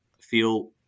feel